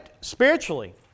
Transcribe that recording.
spiritually